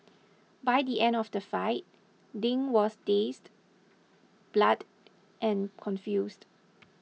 by the end of the fight Ding was dazed blood and confused